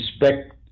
respect